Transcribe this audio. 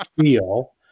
feel